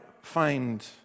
find